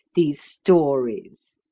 these stories?